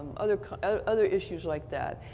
other kind of other issues like that.